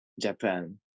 Japan